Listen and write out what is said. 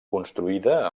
construïda